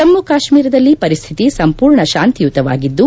ಜಮ್ನು ಕಾಶ್ನೀರದಲ್ಲಿ ಪರಿಸ್ಥಿತಿ ಸಂಪೂರ್ಣ ಶಾಂತಿಯುತವಾಗಿದ್ದು